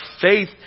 faith